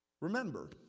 remember